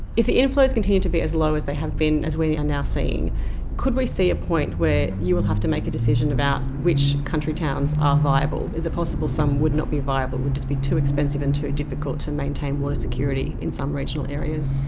if the inflows continue to be as low as they have been as we and could we see a point where you will have to make a decision about which country towns are viable? is it possible some would not be viable, would just be too expensive and too difficult to maintain water security in some regional areas?